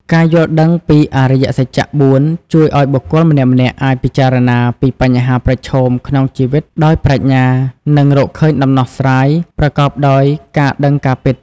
ការយល់ដឹងពីអរិយសច្ចៈ ៤ ជួយឲ្យបុគ្គលម្នាក់ៗអាចពិចារណាពីបញ្ហាប្រឈមក្នុងជីវិតដោយប្រាជ្ញា និងរកឃើញដំណោះស្រាយ ប្រកបដោយការដឹងការពិត។